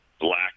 black